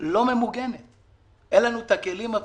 ולא לאילת,